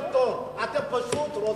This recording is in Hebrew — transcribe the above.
אתם פשוט,